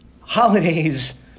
holidays